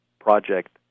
project